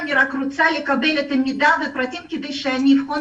אני רק רוצה לקבל את המידע והפרטים כדי שאבחן